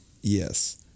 yes